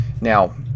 Now